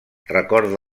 recorda